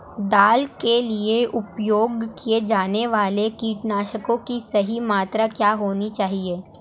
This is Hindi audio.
दाल के लिए उपयोग किए जाने वाले कीटनाशकों की सही मात्रा क्या होनी चाहिए?